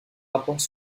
rapports